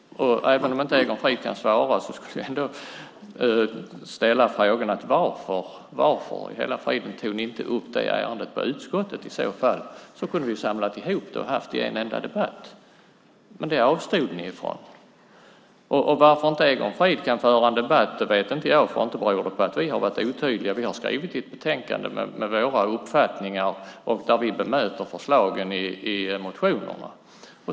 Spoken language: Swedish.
Även om inte Egon Frid kan svara skulle jag vilja ställa frågan: Varför i hela friden tog ni inte upp det ärendet i utskottet i så fall så kunde vi ha samlat ihop frågorna och haft en enda debatt? Det avstod ni ju från. Varför inte Egon Frid kan föra en debatt vet inte jag. Inte beror det på att vi har varit otydliga. Vi har skrivit ett betänkande med våra uppfattningar där vi bemöter förslagen i motionerna.